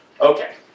Okay